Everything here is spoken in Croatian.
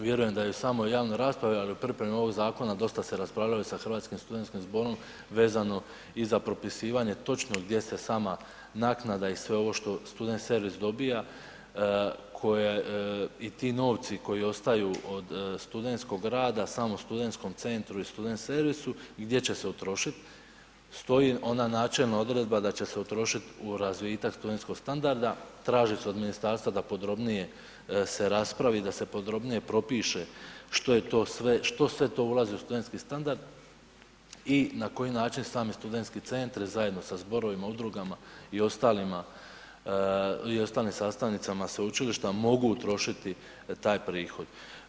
Vjerujem da je u i samoj raspravi, ali i u pripremi ovog zakona dosta se raspravljao i sa Hrvatskim studentskim zborom vezano i za propisivanje točno gdje se sama naknada i sve ovo što student servis dobija i ti novci koji ostaju od studentskog rada samo studentskom centru i student servisu i gdje će se utrošit, stoji ona načelna odredba da će se utrošit u razvitak studentskog standarda, traži se od ministarstva da podrobnije se raspravi i da se podrobnije propiše što je to sve, što sve to ulazi u studentski standard i na koji način same studentske centre zajedno sa zborovima, udrugama i ostalima i ostalim sastavnicama sveučilišta mogu utrošiti taj prihod.